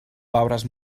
pobres